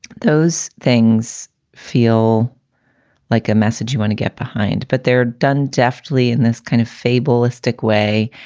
those things feel like a message you want to get behind, but they're done deftly in this kind of fatalistic way.